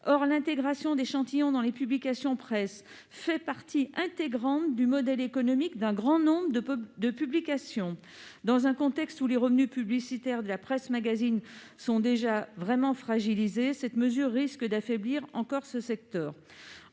Or l'intégration d'échantillons dans les publications de presse fait partie intégrante du modèle économique d'un grand nombre d'entre elles. Dans un contexte où les revenus publicitaires de la presse magazine sont déjà fragilisés, cette mesure risque d'affaiblir encore le secteur.